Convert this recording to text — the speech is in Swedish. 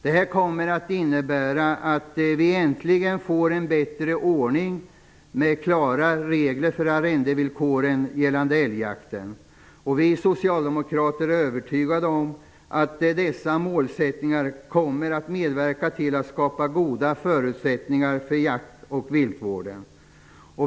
Det här kommer att innebära att vi äntligen får en bättre ordning, med klara regler för arrendevillkoren gällande älgjakten. Vi socialdemokrater är övertygade om att dessa målsättningar kommer att medverka till att skapa goda förutsättningar för jakt och viltvård.